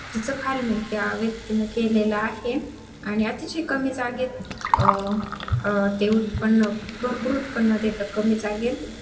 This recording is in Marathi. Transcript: तिचं फार्मिंग त्या व्यक्तीनं केलेलं आहे आणि अतिशय कमी जागेत ते उत्पन्न भरपूर उत्पन्न देतं कमी जागेत